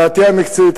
לדעתי המקצועית,